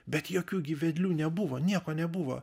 bet jokių gi vedlių nebuvo nieko nebuvo